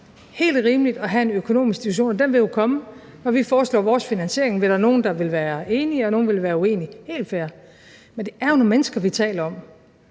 helt rimeligt at have en økonomisk diskussion, og den vil jo komme. Når vi foreslår vores finansiering, vil der være nogle, der er enige, og nogle, der er uenige – det er helt fair.